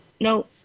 no